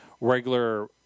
regular